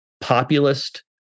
populist